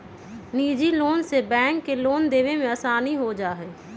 निजी लोग से बैंक के लोन देवे में आसानी हो जाहई